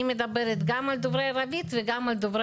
אני מדברת גם על דוברי ערבית וגם על דוברי